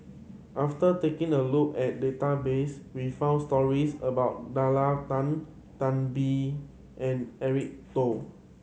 after taking a look at database we found stories about Nalla Tan Tan Biyun and Eric Teo